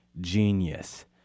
genius